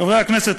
חברי הכנסת,